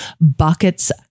buckets